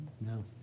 No